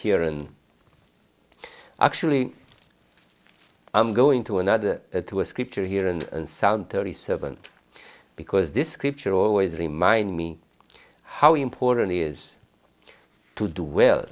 here in actually i'm going to another to a scripture here and sound thirty seven because this scripture always remind me how important he is to do well